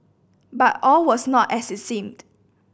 but all was not as it seemed